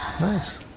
Nice